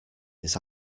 his